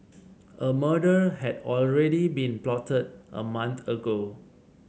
a murder had already been plotted a month ago